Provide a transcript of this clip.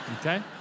okay